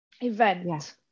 event